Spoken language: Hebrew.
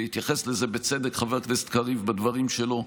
והתייחס לזה בצדק חבר הכנסת קריב בדברים שלו,